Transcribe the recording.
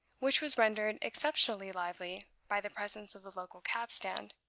which was rendered exceptionally lively by the presence of the local cab-stand.